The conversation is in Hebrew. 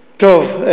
טוב,